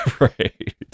Right